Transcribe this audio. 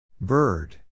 Bird